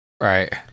Right